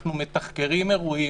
אנחנו מתחקרים אירועים,